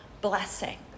blessing